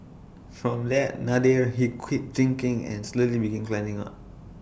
from let Nadir he quit drinking and slowly began climbing up